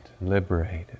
liberated